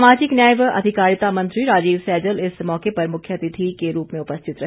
सामाजिक न्याय व अधिकारिता मंत्री राजीव सैजल इस मौके पर मुख्य अतिथि के रूप में उपरिथत रहे